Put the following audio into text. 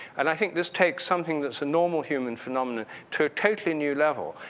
and i think this takes something that's a normal human phenomenon to a totally new level.